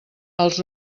els